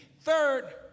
Third